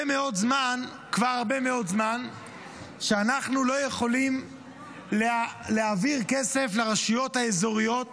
כבר הרבה מאוד זמן שאנחנו לא יכולים להעביר כסף לרשויות האזוריות,